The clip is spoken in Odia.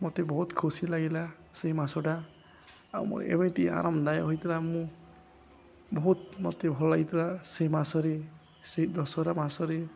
ମୋତେ ବହୁତ ଖୁସି ଲାଗିଲା ସେଇ ମାସଟା ଆଉ ମୋର ଏମିତି ଆରାମଦାୟକ ହୋଇଥିଲା ମୁଁ ବହୁତ ମୋତେ ଭଲ ଲାଗିଥିଲା ସେଇ ମାସରେ ସେଇ ଦଶହରା ମାସରେ